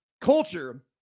culture